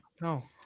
No